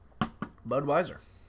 Budweiser